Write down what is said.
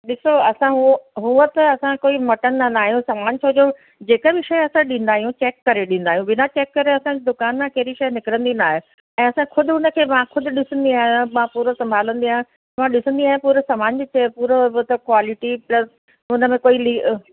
ॾिसो असां हू हुअं त असां कोई मटंदा न आहियूं सामान छोजो जेका बि शइ असां ॾींदा आहियूं चेक करे ॾींदा आहियूं बिना चेक करे असां दुकान मां कहिड़ी शइ निकिरंदी नाहे ऐं असां ख़ुदि हुनखे मां ख़ुदि ॾिसंदी आहियां मां पूरो संभालंदी आहियां मां ॾिसंदी आहियां पूरो सामान की पूरो मतिलबु क्वालिटी प्लस हुन में कोई ली